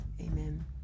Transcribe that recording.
amen